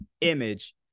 image